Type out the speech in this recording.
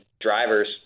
drivers